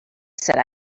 said